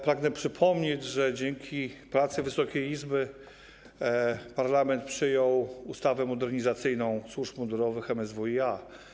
Pragnę przypomnieć, że dzięki pracy Wysokiej Izby parlament przyjął ustawę modernizacyjną służb mundurowych MSWiA.